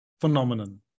phenomenon